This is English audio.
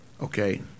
okay